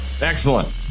Excellent